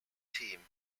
team